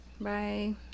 Bye